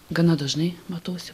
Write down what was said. gana dažnai matausi